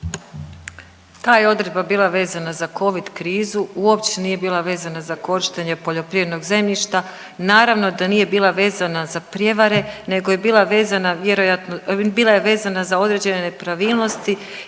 Ta je odredba bila vezana za Covid krizu, uopće nije bila vezana za korištenje poljoprivrednog zemljišta, naravno da nije bila vezana za prijevare, nego je bila vezana vjerojatno,